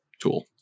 tool